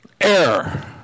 error